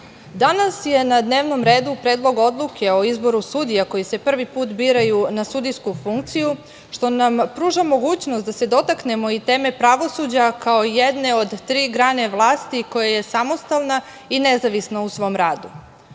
danas je na dnevnom redu Predlog odluke o izboru sudija koji se prvi put biraju na sudijsku funkciju, što nam pruža mogućnost da se dotaknemo i teme pravosuđa kao jedne od tri grane vlasti koja je samostalna i nezavisna u svom